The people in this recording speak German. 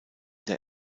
der